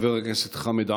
חבר הכנסת חמד עמאר.